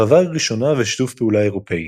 הרחבה ראשונה ושיתוף פעולה אירופי